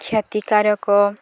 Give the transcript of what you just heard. କ୍ଷତିକାରକ